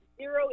zero